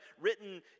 written